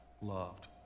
loved